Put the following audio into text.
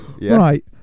right